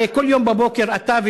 הרי כל יום בבוקר אתה,